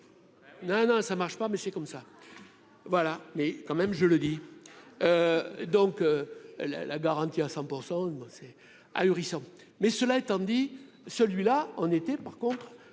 non, non, ça ne marche pas mais c'est comme ça, voilà, mais quand même, je le dis donc, elle a la garantie à 100 % c'est ahurissant, mais cela étant dit celui-là, on était par contre